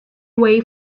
away